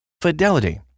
Fidelity